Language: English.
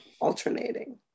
alternating